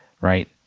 Right